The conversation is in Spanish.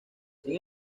sin